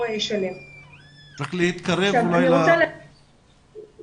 --- אני רוצה להגיד